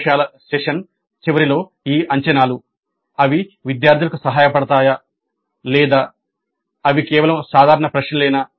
ప్రయోగశాల సెషన్ చివరిలో ఈ అంచనాలు అవి విద్యార్థులకు సహాయపడతాయా లేదా అవి కేవలం సాధారణ ప్రశ్నలేనా